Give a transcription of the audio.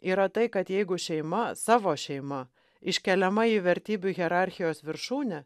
yra tai kad jeigu šeima savo šeima iškeliama į vertybių hierarchijos viršūnę